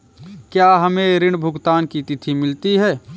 क्या हमें ऋण भुगतान की तिथि मिलती है?